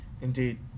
Indeed